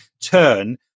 turn